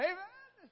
Amen